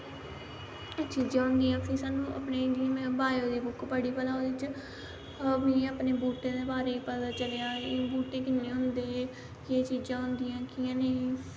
चीजां होंदियां फ्ही स्हानू अपने जियां में बायो दी बुक्क पढ़ी भला ओह्दे च मिगी अपने बूह्टें दे बारे च पता चलेआ बूह्टे किन्ने होंदे केह् चीजां होंदियां कियां नेंई